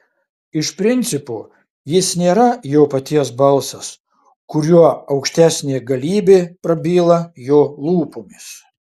iš principo jis nėra jo paties balsas kuriuo aukštesnė galybė prabyla jo lūpomis